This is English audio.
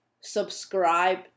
subscribe